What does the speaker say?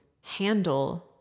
handle